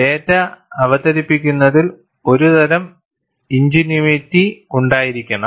data അവതരിപ്പിക്കുന്നതിൽ ഒരുതരം ingenuity ഉണ്ടായിരിക്കണം